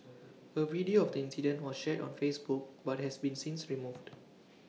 A video of the incident was shared on Facebook but has been since removed